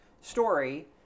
story